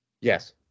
yes